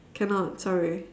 cannot sorry